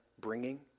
bringing